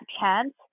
chance